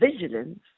vigilance